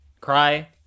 Cry